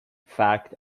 fact